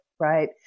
Right